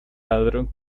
ladrón